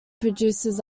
produces